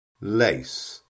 lace